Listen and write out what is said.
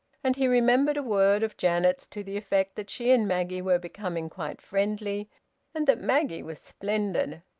and he remembered a word of janet's to the effect that she and maggie were becoming quite friendly and that maggie was splendid.